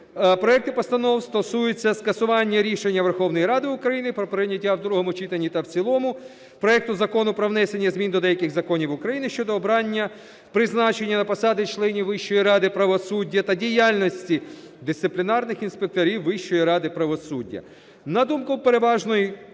Проекти постанов стосуються скасування рішення Верховної Ради України про прийняття у другому читанні та в цілому проекту Закону "Про внесення до деяких законів України щодо порядку обрання (призначення) на посади членів Вищої ради правосуддя та діяльності дисциплінарних інспекторів Вищої ради правосуддя".